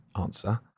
answer